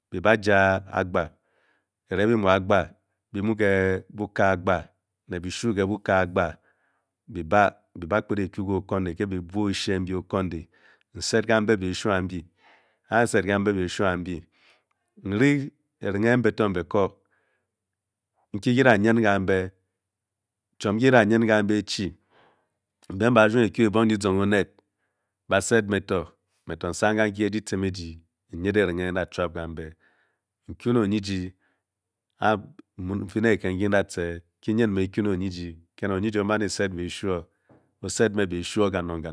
Bi ba-ja agba kirenghe bi muu agba. bi-muu ke buka agba ne bi shuu ke buka agba bi-ba. byi- ba kped e-kyu ke okun di. ke bebuo oshie mbe okundi n–sed gambe biishuoo ambe. a–a n–sed kambe bishuoo ambi n-ri erenghe mbe to mbe ko. nki ki da nyen gambe e chi. mbe mba ryu ba kyu ebong dizong oned. me to n sang ganki ke dyitiem ejyi n nyiding ereng n da chuap kambe. n kyu ne ony jyi. a a n fii ne kiked nki n–da tce e kinyin e kyu ne onyi jyi ke na onyi jyi o man e–sed beshuoo. o sed me beshuoo kanong kanong.